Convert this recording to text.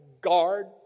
guard